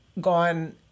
gone